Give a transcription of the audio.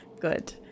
Good